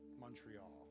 Montreal